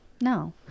No